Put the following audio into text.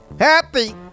Happy